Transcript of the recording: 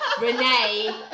Renee